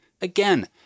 Again